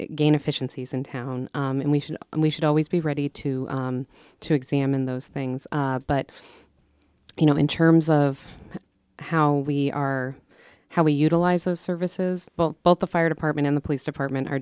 gain efficiencies in town and we should and we should always be ready to to examine those things but you know in terms of how we are how we utilize those services well both the fire department and the police department are